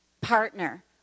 partner